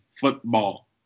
football